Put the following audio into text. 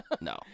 No